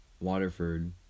Waterford